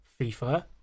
FIFA